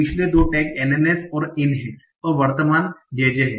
पिछले दो tag NNS और IN हैं और वर्तमान JJ है